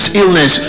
illness